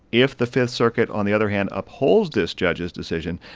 if the fifth circuit, on the other hand, upholds this judge's decision,